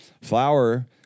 Flour